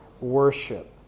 worship